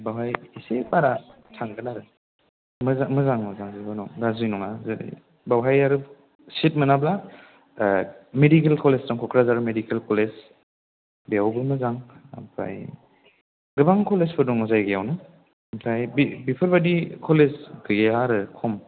बेवहाय एसे बारा थांगोन आरो मोजां मोजां मोजां उनाव गाज्रि नङा जेरै बेवहाय आरो सिट मोनाब्ला मेडिकेल कलेज दं क'क्राझार मेडिकेल कलेज बेयावबो मोजां ओमफ्राय गोबां कलेजफोर दङ जायगायावनो ओमफ्राय बे बेफोरबायदि कलेज गैया आरो खम